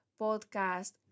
podcast